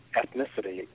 ethnicity